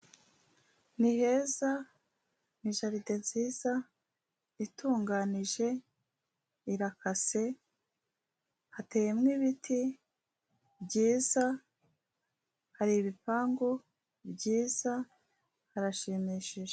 Ni heza, ni jalide nziza, itunganije, irikase, hateyemo ibiti byiza, hari ibipangu byiza, harashimishije.